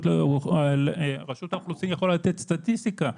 האוכלוסין ולראות שקורה הרבה שמחליפים כל שנה.